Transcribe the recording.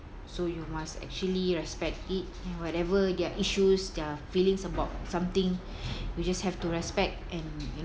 so you must actually respect it and whatever their issues their feelings about something we just have to respect and you